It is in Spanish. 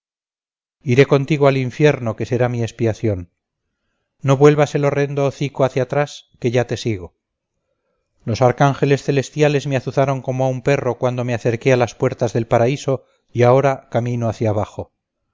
iré contigo al infierno que será mi expiación no vuelvas el horrendo hocico hacia atrás que ya te sigo los arcángeles celestiales me azuzaron como a un perro cuando me acerqué a las puertas del paraíso y ahora camino hacia abajo